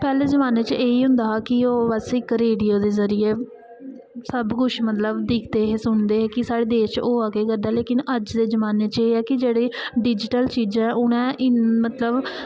पैह्ले जमान्ने च एह् होंदा हा कि ओह् अस रेडियो दे जरिये सब कुछ मतलब दिखदे हे सुनदे हे कि साढ़े देश च होआ केह् करदा ऐ लेकिन अज्ज दे जमान्ने च एह् ऐ कि जेह्ड़ी डिजिटल चीज़ां उ'नें मतलब